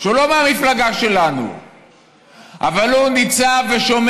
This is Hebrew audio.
שהוא לא מהמפלגה שלנו אבל הוא ניצב ושומר